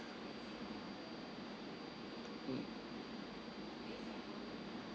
mm